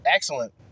Excellent